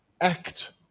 Act